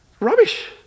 Rubbish